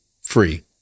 free